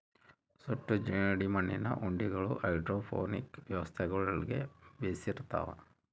ಸುಟ್ಟ ಜೇಡಿಮಣ್ಣಿನ ಉಂಡಿಗಳು ಹೈಡ್ರೋಪೋನಿಕ್ ವ್ಯವಸ್ಥೆಗುಳ್ಗೆ ಬೆಶಿರ್ತವ